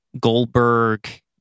Goldberg